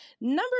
number